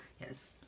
Yes